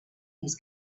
his